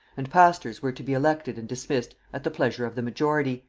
and pastors were to be elected and dismissed at the pleasure of the majority,